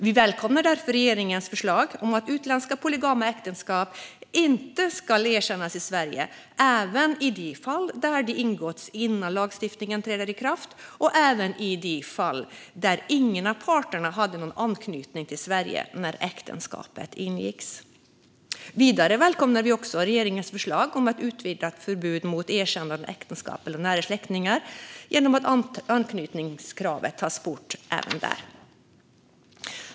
Vi välkomnar därför regeringens förslag om att utländska polygama äktenskap inte ska erkännas i Sverige, inte heller i fall där de ingåtts innan lagstiftningen träder i kraft eller i fall där ingen av parterna hade någon anknytning till Sverige när äktenskapet ingicks. Vidare välkomnar vi också regeringens förslag om ett utvidgat förbud mot erkännande av äktenskap mellan nära släktingar genom att anknytningskravet tas bort även där.